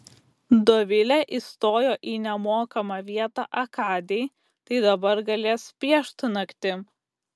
dovilė įstojo į nemokamą vietą akadėj tai dabar galės piešt naktim